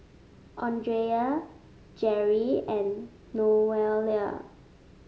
Andrea Jeri and Noelia